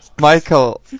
Michael